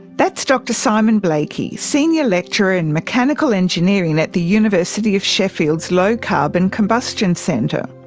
that's dr simon blakey, senior lecturer in mechanical engineering at the university of sheffield's low carbon combustion centre.